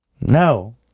No